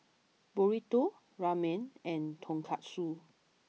Burrito Ramen and Tonkatsu